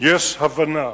יש הבנה,